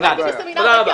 למדתי בסמינר.